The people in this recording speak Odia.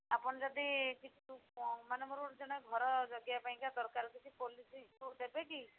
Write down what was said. ଆପଣ ଯଦି ମାନେ ମୋର ଜଣେ ଘର ଜଗିବା ପାଇଁ ଦରକାର କିଛି ପୋଲିସ୍ ଦେବେ କି